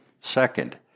Second